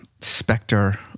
specter